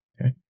Okay